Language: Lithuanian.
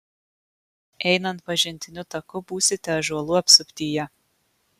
einant pažintiniu taku būsite ąžuolų apsuptyje